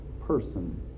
person